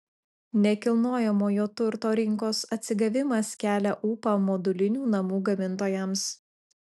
nekilnojamojo turto rinkos atsigavimas kelia ūpą modulinių namų gamintojams